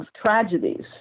tragedies